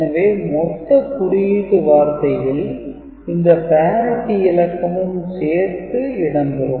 எனவே மொத்த குறியீட்டு வார்த்தையில் இந்த parity இலக்கமும் சேர்த்து இடம் பெரும்